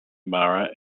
mara